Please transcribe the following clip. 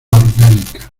orgánica